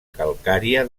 calcària